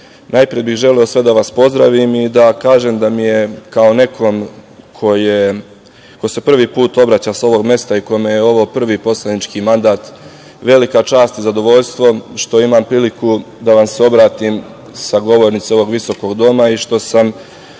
najpre bih želeo sve da vas pozdravim i da kažem da mi je, kao nekom ko se prvi put obraća sa ovog mesta i kome je ovo prvi poslanički mandat, velika čast i zadovoljstvo što imam priliku da vam se obratim sa govornice ovog visokog doma i što sam